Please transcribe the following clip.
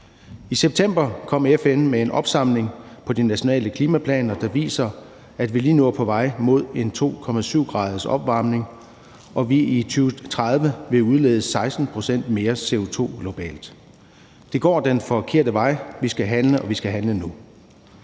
I september kom FN med en opsamling på de nationale klimaplaner, der viser, at vi lige nu er på vej mod 2,7 graders opvarmning, hvor vi i 2030 vil udlede 16 pct. mere CO2 globalt. Det går den forkerte vej. Vi skal handle, og vi skal handle nu.